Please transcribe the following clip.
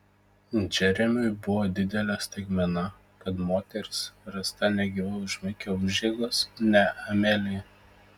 džeremiui buvo didelė staigmena kad moteris rasta negyva už mikio užeigos ne amelija